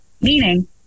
Meaning